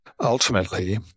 ultimately